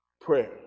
prayer